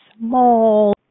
small